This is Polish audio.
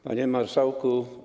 Panie Marszałku!